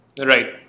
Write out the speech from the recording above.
Right